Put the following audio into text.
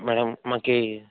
madam మాకు